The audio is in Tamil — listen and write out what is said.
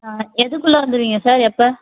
எதுக்குள்ளே வந்துருவீங்க சார் எப்போ